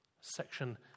Section